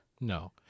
No